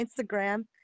Instagram